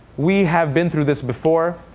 we have been through this before.